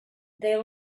they